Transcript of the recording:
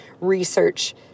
research